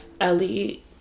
Ellie